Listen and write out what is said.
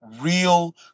real